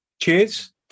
Cheers